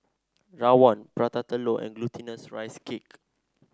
Rawon Prata Telur and Glutinous Rice Cake